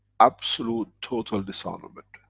absolute total disarmament!